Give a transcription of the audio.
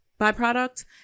byproduct